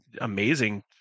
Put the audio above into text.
amazing